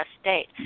state